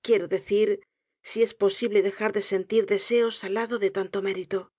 quiero decir si es posible dejar de sentir deseos al lado de tanto mérito